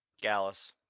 Gallus